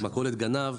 המכולת גונבת".